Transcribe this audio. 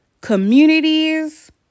communities